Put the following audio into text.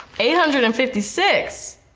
eight hundred and fifty six.